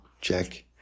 check